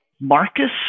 Marcus